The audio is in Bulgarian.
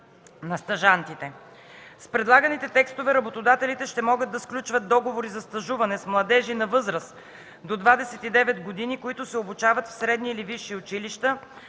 С предлаганите текстове работодателите ще могат да сключват договори за стажуване с младежи на възраст до 29 години, които се обучават в средни или висши училища,